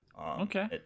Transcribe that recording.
Okay